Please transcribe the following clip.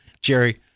Jerry